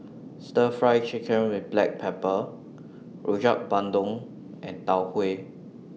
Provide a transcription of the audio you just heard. Stir Fry Chicken with Black Pepper Rojak Bandung and Tau Huay